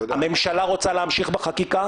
הממשלה רוצה להמשיך בחקיקה?